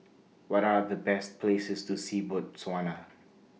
What Are The Best Places to See Botswana